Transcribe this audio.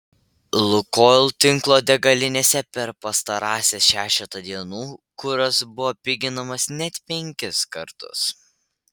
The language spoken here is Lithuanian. lukoil tinklo degalinėse per pastarąsias šešetą dienų kuras buvo piginamas net penkis kartus